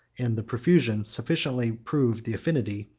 and the profusion sufficiently proved the affinity,